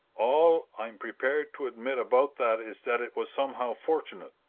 all i'm prepared to admit about that is that it was somehow fortunate,